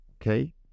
Okay